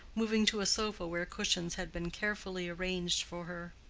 moving to a sofa where cushions had been carefully arranged for her.